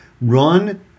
run